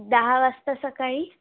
दहा वाजता सकाळी